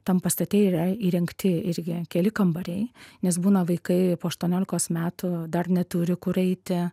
tam pastate yra įrengti irgi keli kambariai nes būna vaikai po aštuoniolikos metų dar neturi kur eiti